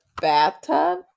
bathtub